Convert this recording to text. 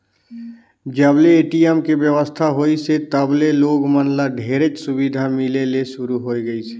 जब ले ए.टी.एम के बेवस्था होइसे तब ले लोग मन ल ढेरेच सुबिधा मिले ले सुरू होए गइसे